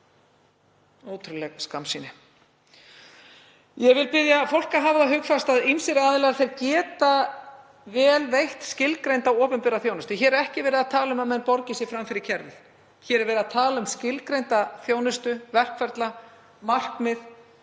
ótrúleg skammsýni. Ég vil biðja fólk að hafa það hugfast að ýmsir aðilar geta vel veitt skilgreinda opinbera þjónustu. Hér er ekki verið að tala um að menn borgi sig fram fyrir í kerfinu. Hér er verið að tala um skilgreinda þjónustu, verkferla, markmið.